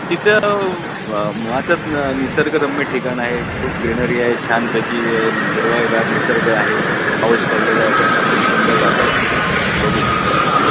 तिथं मुळातच न निसर्गरम्य ठिकाण आहे खूप ग्रीनरी आहे छानपैकी हिरवागार निसर्ग आहे पाऊस पडलेला आहे त्यामुळं खूप सुंदर वातावरण तिकडे बघू शकता तुम्ही ते